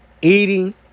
Eating